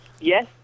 Yes